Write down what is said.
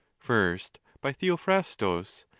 first by theophrastus,